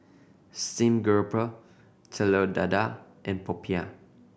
steamed garoupa Telur Dadah and popiah